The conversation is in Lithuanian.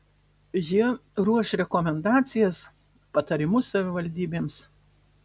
jie ruoš rekomendacijas patarimus savivaldybėms